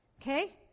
Okay